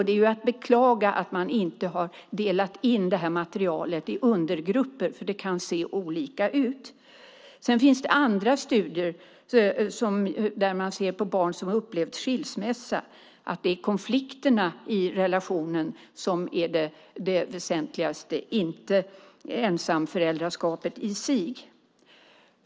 Det är att beklaga att man inte har delat in materialet i undergrupper, för det kan se olika ut. Det finns också studier där man har sett på barn som har upplevt skilsmässa. Det är konflikterna i relationen som är det väsentligaste, inte ensamföräldraskapet i sig.